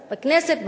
בכנסת,